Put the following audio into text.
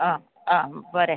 ആ ആ പോരെ